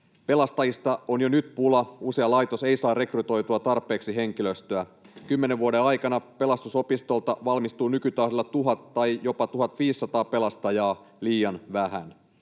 Pelastajista on jo nyt pulaa. Usea laitos ei saa rekrytoitua tarpeeksi henkilöstöä. Kymmenen vuoden aikana Pelastusopistolta valmistuu nykytahdilla 1 000 tai jopa 1 500 pelastajaa liian vähän.